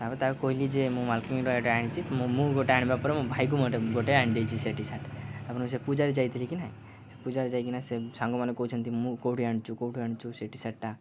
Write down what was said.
ତାପରେ ତାକୁ କହିଲି ଯେ ମୁଁ ମାଲ୍କାନଗିରି ଏଟା ଆଣିଛି ତ ମୁଁ ଗୋଟେ ଆଣିବା ପରେ ମୋ ଭାଇକୁ ମୁ ଟ ଗୋଟେ ଆଣି ସେ ଟିସାର୍ଟ ତାପଣ ସେ ପୂଜାରେ ଯାଇଥିଲି ନାଁ ସେ ପୂଜାରେ ଯାଇକିନା ସେ ସାଙ୍ଗମାନେ କହୁଛନ୍ତି ମୁଁ କୋଉଠି ଆଣିଛୁ କୋଉଠୁ ଆଣିଛୁ ସେ ଟି ସାର୍ଟ